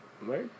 Right